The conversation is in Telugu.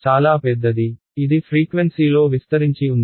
చాలా పెద్దది ఇది ఫ్రీక్వెన్సీలో విస్తరించి ఉంది